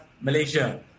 Malaysia